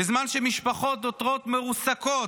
בזמן שמשפחות נותרות מרוסקות,